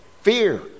Fear